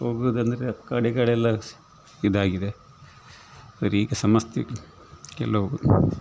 ಹೋಗುದಂದರೆ ಕಡೆಕಡೆಲ್ಲ ಇದಾಗಿದೆ ಆದರೆ ಈಗ ಸಮಸ್ತೆ ಕೆಲವು